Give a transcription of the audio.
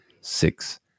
six